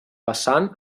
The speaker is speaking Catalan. vessant